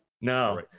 no